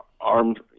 armed